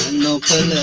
and local